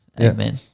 Amen